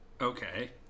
Okay